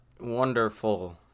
wonderful